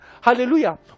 hallelujah